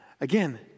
again